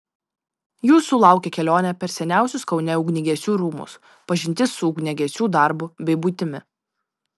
jūsų laukia kelionė per seniausius kaune ugniagesių rūmus pažintis su ugniagesiu darbu bei buitimi